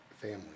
family